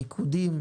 מיקודים,